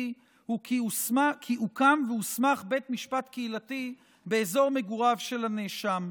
הוא כי הוקם והוסמך בית משפט קהילתי באזור מגוריו של הנאשם.